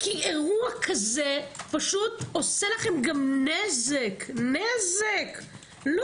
כי אירוע כזה פשוט עושה לכם גם נזק לא